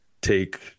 take